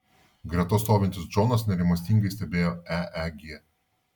greta stovintis džonas nerimastingai stebėjo eeg